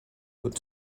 but